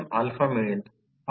हे समीकरण १ आहे